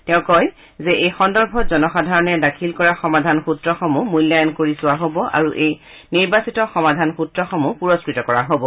তেওঁ কয় যে এই সন্দৰ্ভত জনসাধাৰণে দাখিল কৰা সমাধানসূত্ৰসমূহ মূল্যায়ণ কৰি চোৱা হ'ব আৰু নিৰ্বাচিত সমাধান সূত্ৰসমূহ পুৰস্থত কৰা হ'ব